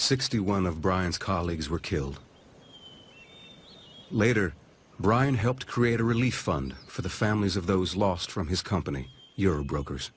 sixty one of brian's colleagues were killed later brian helped create a relief fund for the families of those lost from his company your broker